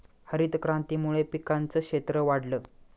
हरितक्रांतीमुळे पिकांचं क्षेत्र वाढलं